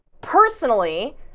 personally